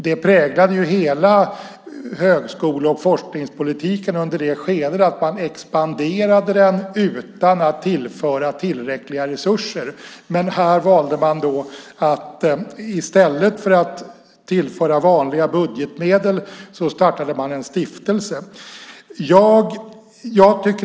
Det präglade hela högskole och forskningspolitiken under det skedet att man expanderade den utan att tillföra tillräckliga resurser. Här valde man dock att i stället för att tillföra vanliga budgetmedel starta en stiftelse.